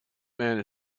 man